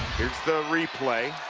it's the replay.